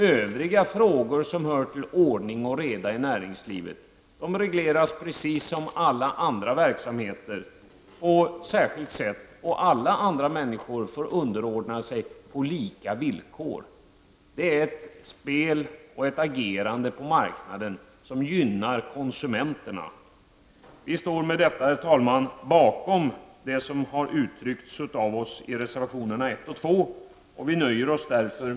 Övriga frågor som gäller ordning och reda i näringslivet regleras precis som i alla andra verksamheter på särskilt sätt och alla andra människor får underordna sig på lika villkor. Det är ett spel och ett agerande på marknaden som gynnar konsumenterna. Vi står med detta bakom det som har uttryckts av oss i reservation nr 1 och 2.